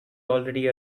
already